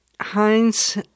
Heinz